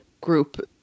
group